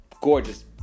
gorgeous